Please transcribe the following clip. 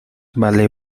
vale